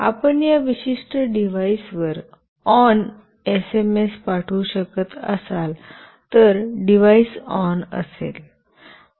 आपण या विशिष्ट डिव्हाइसवर "ऑन " एसएमएस पाठवू शकत असाल तर डिव्हाइस ऑन असेल